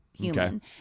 human